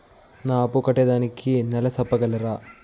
నా అప్పు కట్టేదానికి నెల సెప్పగలరా?